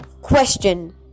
question